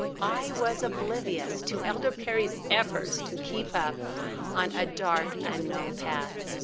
i was oblivious to elder perry's efforts to keep up on a dark, unknown path.